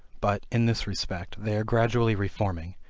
but, in this respect, they are gradually reforming,